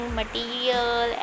material